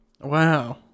Wow